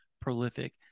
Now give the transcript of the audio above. prolific